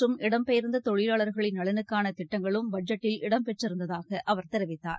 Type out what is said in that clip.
மற்றும் இடம்பெயர்ந்ததொழிலாளர்களின் நலனுக்கானதிட்டங்களும் பட்ஜெட்டீல் மகளிர் இடம்பெற்றிருந்ததாகஅவர் தெரிவித்தார்